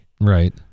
Right